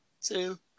two